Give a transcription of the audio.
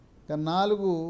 Kanalgu